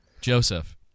Joseph